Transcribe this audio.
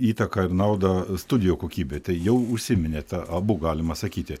įtaką ir naudą studijų kokybei tai jau užsiminėt abu galima sakyti